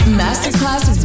masterclass